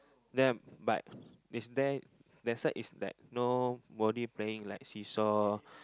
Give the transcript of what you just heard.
there but is there that side is like nobody playing like seesaw